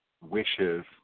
wishes